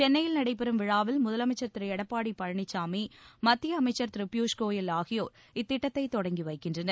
சென்னையில் நடைபெறம் விழாவில் முதலமைச்சர் திரு எடப்பாடி பழனிசாமி மத்திய அமைச்சர் திரு பியூஷ் கோயல் ஆகியோர் இத்திட்டத்தை தொடங்கி வைக்கின்றனர்